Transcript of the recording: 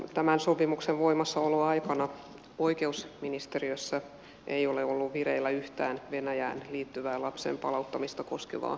tämän sopimuksen voimassaoloaikana oikeusministeriössä ei ole ollut vireillä yhtään venäjään liittyvää lapsen palauttamista koskevaa hakemusta